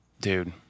dude